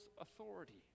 authority